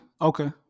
Okay